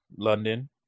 london